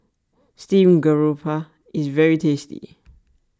Steamed Garoupa is very tasty